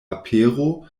apero